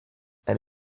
and